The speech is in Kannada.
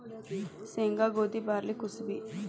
ಸೇಂಗಾ, ಗೋದಿ, ಬಾರ್ಲಿ ಕುಸಿಬಿ